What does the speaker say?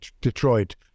Detroit